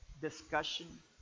discussion